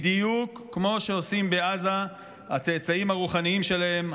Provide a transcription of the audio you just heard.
בדיוק כמו שעושים בעזה הצאצאים הרוחניים שלהם,